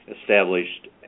established